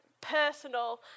personal